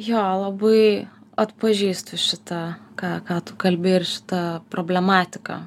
jo labai atpažįstu šitą ką ką tu kalbi ir šita problematika